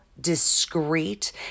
discreet